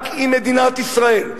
רק אם מדינת ישראל,